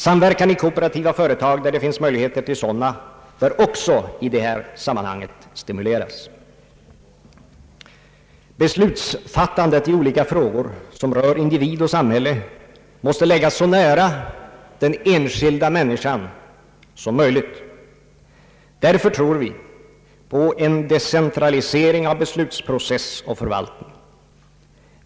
Samverkan i kooperativa företag där det finns möjligheter till sådana bör också i detta sammanhang stimuleras. Beslutsfattandet i olika frågor som berör individ och samhälle måste också läggas så nära den enskilda människan som möjligt. Därför tror vi på en decentralisering av beslutsprocess och förvaltning.